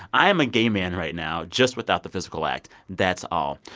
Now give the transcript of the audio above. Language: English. i am a gay man right now, just without the physical act. that's all.